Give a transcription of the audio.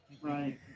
Right